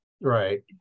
right